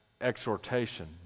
exhortation